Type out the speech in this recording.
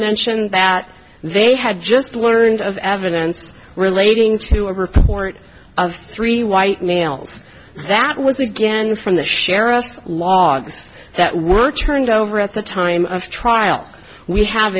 mentioned that they had just learned of evidence relating to a report of three white males that was again from the sheriff's logs that were turned over at the time of trial we have